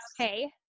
okay